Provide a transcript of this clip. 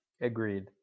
agreed